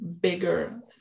bigger